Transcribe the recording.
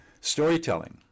Storytelling